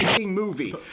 movie